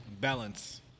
Balance